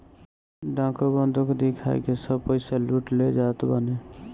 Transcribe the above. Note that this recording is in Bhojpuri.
डाकू बंदूक दिखाई के सब पईसा लूट ले जात बाने